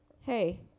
Hey